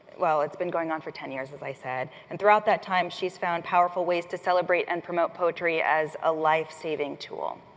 well, it's been going on for ten years, as i said, and throughout that time, she's found powerful ways to celebrate and promote poetry as a life-saving tool.